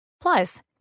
Plus